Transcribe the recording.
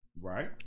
Right